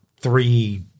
three